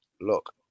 look